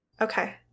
Okay